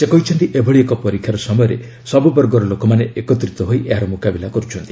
ସେ କହିଛନ୍ତି ଏଭଳି ଏକ ପରୀକ୍ଷାର ସମୟରେ ସବୁବର୍ଗର ଲୋକମାନେ ଏକତ୍ରିତ ହୋଇ ଏହାର ମୁକାବିଲା କରୁଛନ୍ତି